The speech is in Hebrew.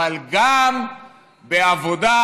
אבל גם בעבודה,